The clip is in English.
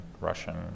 Russian